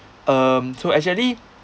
um so actually